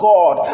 God